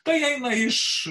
tai jei iš